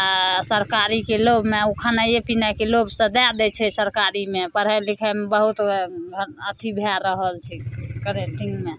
आओर सरकारीके लोभमे ओ खेनाइए पिनाइके लोभसँ दै दै छै सरकारीमे पढ़ाइ लिखाइमे बहुत अथी भए रहल छै करेन्टिन्गमे